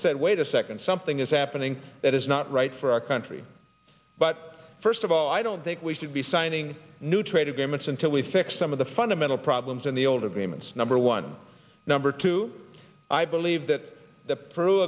said wait a second something is happening that is not right for our country but first of all i don't think we should be signing new trade agreements until we fix some of the fundamental problems in the old agreements number one number two i believe that the pr